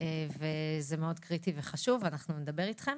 זה מאוד קריטי וחשוב ואנחנו נדבר איתכם.